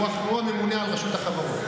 הוא עצמו ממונה על רשות החברות,